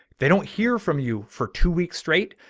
they don't hear from you for two weeks straight.